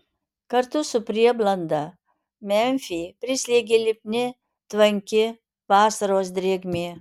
kartu su prieblanda memfį prislėgė lipni tvanki vasaros drėgmė